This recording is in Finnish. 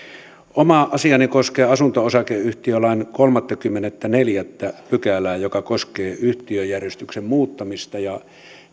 oma asiani koskee asunto osakeyhtiölain kolmattakymmenettäneljättä pykälää joka koskee yhtiöjärjestyksen muuttamista ja